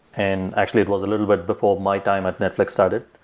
and actually it was a little bit before my time at netflix started.